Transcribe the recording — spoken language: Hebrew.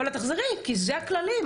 אבל את תחזרי כי אלו הכללים,